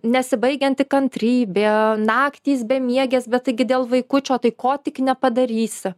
nesibaigianti kantrybė naktys bemiegės bet taigi dėl vaikučio tai ko tik nepadarysi